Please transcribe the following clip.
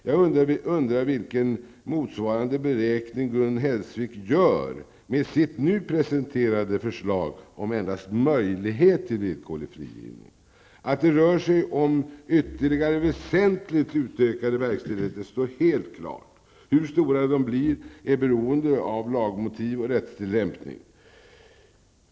Jag undrar vilken motsvarande beräkning Gun Hellsvik gör med sitt nu presenterade förslag om endast möjlighet till villkorlig frigivning. Att det rör sig om ytterligare väsentligt utökade verkställigheter står helt klart. Hur stora de blir är beroende av lagmotiv och rättstillämpning.